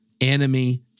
enemy